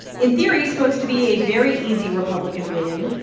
in theory, supposed to be a very easy republican win.